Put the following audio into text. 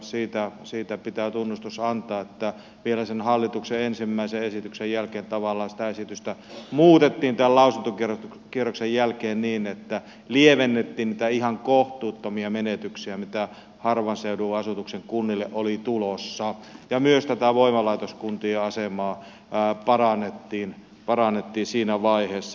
siitä pitää tunnustus antaa että vielä sen hallituksen ensimmäisen esityksen jälkeen tavallaan sitä esitystä muutettiin tämän lausuntokierroksen jälkeen niin että lievennettiin niitä ihan kohtuuttomia menetyksiä mitä harvan asutuksen kunnille oli tulossa ja myös tätä voimalaitoskuntien asemaa parannettiin siinä vaiheessa